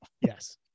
Yes